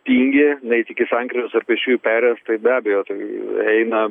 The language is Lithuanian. tingi nueiti iki sankryžos ar pėsčiųjų perėjos tai be abejo tai eina